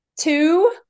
two